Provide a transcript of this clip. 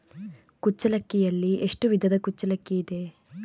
ಕುಚ್ಚಲಕ್ಕಿಯಲ್ಲಿ ಎಷ್ಟು ವಿಧದ ಕುಚ್ಚಲಕ್ಕಿ ಇದೆ?